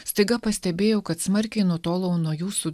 staiga pastebėjau kad smarkiai nutolau nuo jūsų